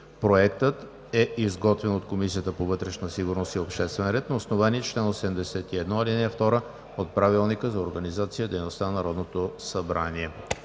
Проектът е изготвен от Комисията по вътрешна сигурност и обществен ред на основание чл. 81, ал. 2 от Правилника за организацията